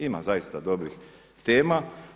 Ima zaista dobrih tema.